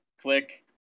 click